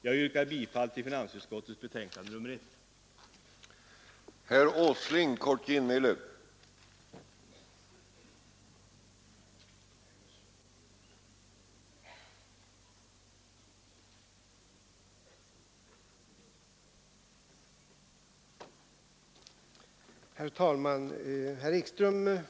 Jag yrkar bifall till finansutskottets hemställan i betänkandet nr 1.